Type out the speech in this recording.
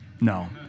no